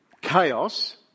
chaos